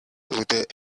with